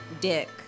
dick